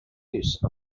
use